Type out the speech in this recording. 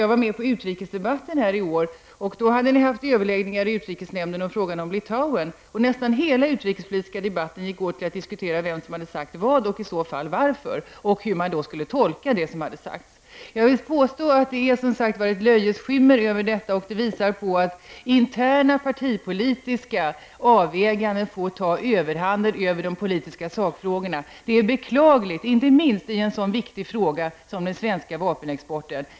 Jag var med i riksdagens utrikespolitiska debatt i år, då det hade förts överläggningar i utrikesnämnden om Litauen, och nästan hela debatten handlade om vem som hade sagt vad och varför och hur det som hade sagts skulle tolkas. Jag vill alltså påstå att det vilar ett löjets skimmer över debatten, och det visar att interna partipolitiska avväganden får ta överhanden över de politiska sakfrågorna. Det är beklagligt, inte minst i en så viktig fråga som den svenska vapenexporten.